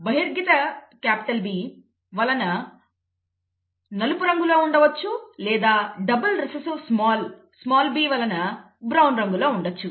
బహిర్గత B capital B వలన నలుపురంగులో ఉండవచ్చు లేదా డబల్ రిసెసివ్ స్మాల్ b వలన బ్రౌన్ రంగులో ఉండవచ్చు